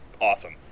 awesome